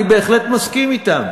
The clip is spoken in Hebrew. אני בהחלט מסכים אתם,